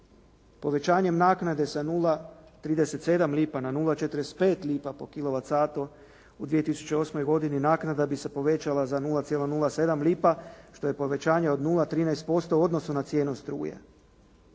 Povećanjem naknade sa 0,37 lipa na 0,45 lipa po kilovat satu u 2008. godini naknada bi se povećala za 0,07 lipa što je povećanje od 0,13% u odnosu na cijenu struje.